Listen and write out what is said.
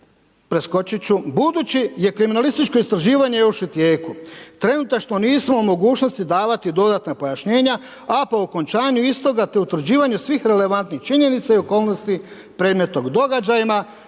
budući je kriminalističko istraživanje još u tijeku trenutačno nismo u mogućnosti davati dodatna pojašnjenja, a po okončanju istoga te utvrđivanju svih relevantnih činjenica i okolnosti predmetnog događaja,